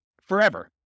forever